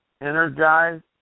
energized